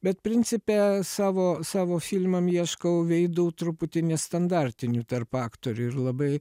bet principe savo savo filmam ieškau veidų truputį nestandartinių tarp aktorių ir labai